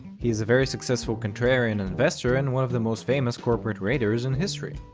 he's a very successful contrarian investor and one of the most famous corporate raiders in history.